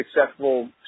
successful